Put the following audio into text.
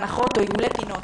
הנחות או עיגולי פינות?